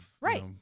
Right